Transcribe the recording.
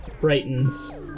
brightens